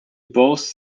both